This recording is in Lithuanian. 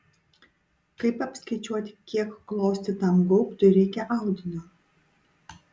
kaip apskaičiuoti kiek klostytam gaubtui reikia audinio